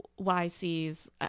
yc's